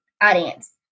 audience